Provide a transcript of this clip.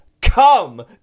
come